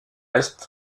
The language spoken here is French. est